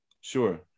Sure